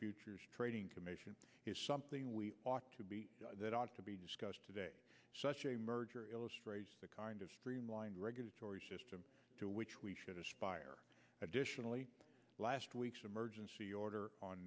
futures trading commission is something we ought to be that ought to be discussed today such a merger the kind of streamlined regulatory system to which we should aspire additionally last week's emergency order on